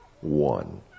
one